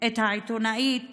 את העיתונאית